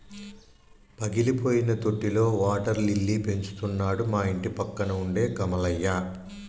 పగిలిపోయిన తొట్టిలో water lily పెంచుతున్నాడు మా ఇంటిపక్కన ఉండే కమలయ్య